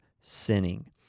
sinning